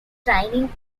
training